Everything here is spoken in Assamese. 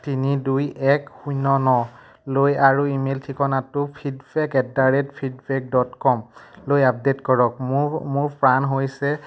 তিনি দুই এক শূন্য নলৈ আৰু ইমেইল ঠিকনাটো ফিডবেক এটদ্যাৰেট ফিডবেক ডট কমলৈ আপডেট কৰক মোৰ মোৰ প্ৰাণ হৈছে